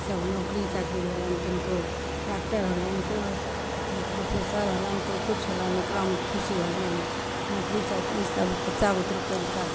सभ नौकरी चाकरी भेलनि किनको डॉक्टर होलनि कोइ प्रोफेसर होलनि कोइ किछु होलनि ओकरामे खुशी होलियैन नौकरी चाकरी सभ बच्चा बुतरुक कैनका